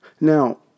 Now